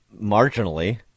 marginally